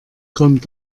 kommt